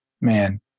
man